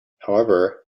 however